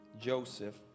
Joseph